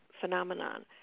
phenomenon